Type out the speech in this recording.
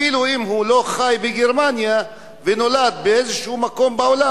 אפילו אם הוא לא חי בגרמניה ונולד באיזשהו מקום בעולם,